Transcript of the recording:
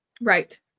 right